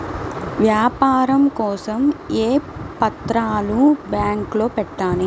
వ్యాపారం కోసం ఏ పత్రాలు బ్యాంక్లో పెట్టాలి?